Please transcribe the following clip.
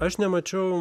aš nemačiau